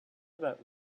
about